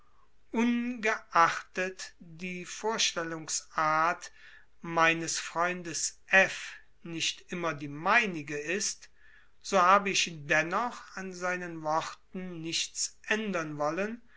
ungeachtet die vorstellungsart meines freundes f nicht immer die meinige ist so habe ich dennoch an seinen worten nichts ändern wollen